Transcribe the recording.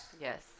Yes